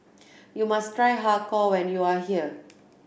you must try Har Kow when you are here